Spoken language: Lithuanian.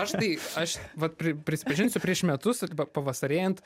aš tai aš vat pri prisipažinsiu prieš metus arba pavasarėjant